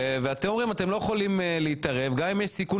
אתם אומרים אתם לא יכולים להתערב גם אם יש סיכון